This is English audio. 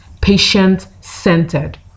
patient-centered